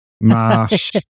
Marsh